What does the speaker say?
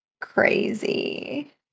Crazy